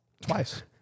Twice